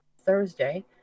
Thursday